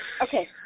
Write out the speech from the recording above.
okay